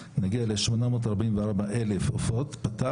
ניסינו אז למפות את החסמים